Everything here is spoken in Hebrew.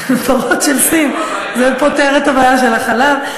הפרות של סין, זה פותר את הבעיה של החלב.